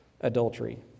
adultery